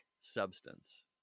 substance